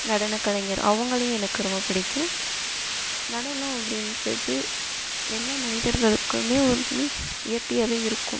நடன கலைஞர் அவங்களையும் எனக்கு ரொம்ப பிடிக்கும் நடனம் அப்படின்றது எல்லா மனிதர்களுக்கும் ஒரு நி இயற்கையாகவே இருக்கும்